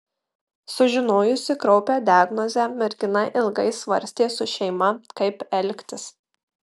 sužinojusi kraupią diagnozę mergina ilgai svarstė su šeima kaip elgtis